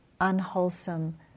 unwholesome